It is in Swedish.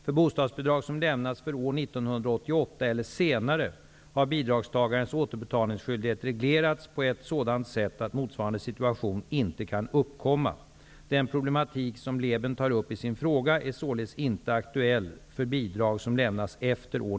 För bostadsbidrag som lämnas för år 1988 eller senare har bidragstagarens återbetalningsskyldighet reglerats på ett sådant sätt att motsvarande situation inte kan uppkomma. Den problematik som Lében tar upp i sin fråga är således inte aktuell för bidrag som lämnas efter år